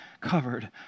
covered